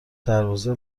دروازه